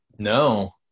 No